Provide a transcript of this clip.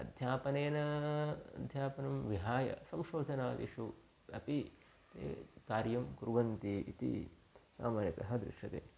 अध्यापनेन अध्यापनं विहाय संशोधनादिषु अपि कार्यं कुर्वन्ति इति सामान्यतः दृश्यते